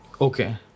Okay